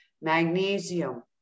Magnesium